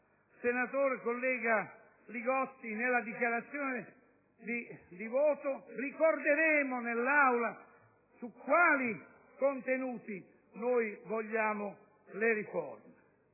senatore Li Gotti nella sua dichiarazione di voto, ricorderemo all'Aula su quali contenuti vogliamo le riforme.